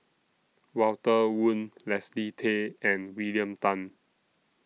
Walter Woon Leslie Tay and William Tan